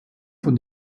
von